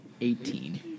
eighteen